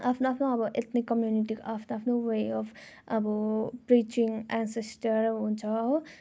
आफ्नो आफ्नो अब एथनिक कम्युनिटीको आफ्नो आफ्नो वे अब् अब प्रिचिङ एनसेस्टर हुन्छ हो